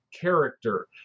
character